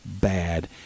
bad